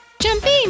Jumping